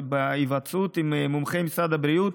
בהיוועצות עם מומחי משרד הבריאות,